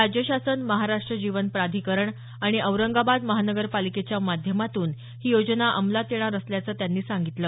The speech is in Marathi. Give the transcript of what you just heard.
राज्य शासन महाराष्ट्र जीवन प्राधिकरण आणि औरंगाबाद महानगरपालिकेच्या माध्यमातून ही योजना अंमलात येणार असल्याचं त्यांनी सांगितलं